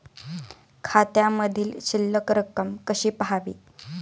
खात्यामधील शिल्लक रक्कम कशी पहावी?